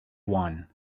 one